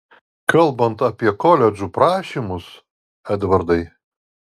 kalbant apie koledžų prašymus edvardai